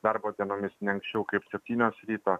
darbo dienomis ne anksčiau kaip septynios ryto